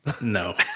No